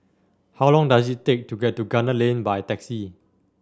how long does it take to get to Gunner Lane by taxi